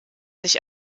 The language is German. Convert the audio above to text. sich